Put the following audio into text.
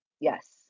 yes